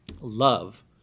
Love